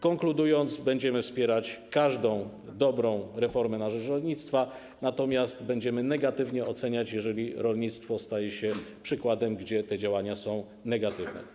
Konkludując, będziemy wspierać każdą dobrą reformę na rzecz rolnictwa, natomiast będziemy negatywnie oceniać sytuacje, gdy rolnictwo staje się przykładem dziedziny, gdzie te działania są negatywne.